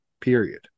period